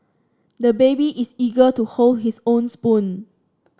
the baby is eager to hold his own spoon